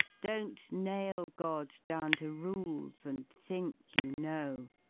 don't nail god down to rules and think you know!